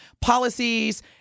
policies